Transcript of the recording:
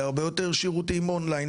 להרבה יותר שירותים "אונליין",